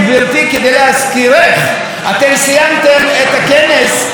אתם סיימתם את הכנס של המושב הקודם בבושת פנים